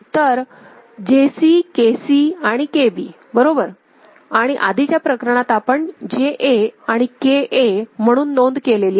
तर JCKCआणि KB बरोबर आणि आधीच्या प्रकरणात आपण JA आणि KA म्हणून नोंद केली आहे